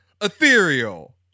ethereal